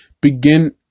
begin